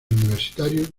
universitarios